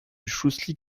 schleswig